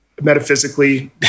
metaphysically